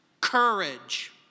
courage